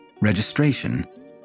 registration